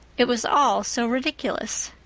it was all so ridiculous.